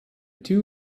two